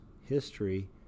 history